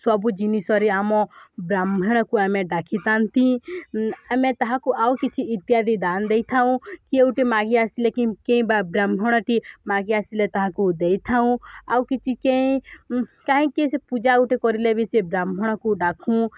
ସବୁ ଜିନିଷରେ ଆମ ବ୍ରାହ୍ମଣକୁ ଆମେ ଡ଼ାକିଥାନ୍ତି ଆମେ ତାହାକୁ ଆଉ କିଛି ଇତ୍ୟାଦି ଦାନ ଦେଇଥାଉଁ କିଏ ଗୋଟେ ମାଗି ଆସିଲେ କି କେଇଁ ବା ବ୍ରାହ୍ମଣଟି ମାଗି ଆସିଲେ ତାହାକୁ ଦେଇଥାଉଁ ଆଉ କିଛି କେଇଁ କାହିଁକି ସେ ପୂଜା ଗୁଟେ କର୍ଲେ ବି ସେ ବ୍ରାହ୍ମଣକୁ ଡ଼ାକୁଁ